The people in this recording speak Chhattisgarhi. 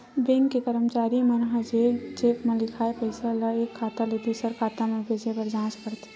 बेंक के करमचारी मन ह चेक म लिखाए पइसा ल एक खाता ले दुसर खाता म भेजे बर जाँच करथे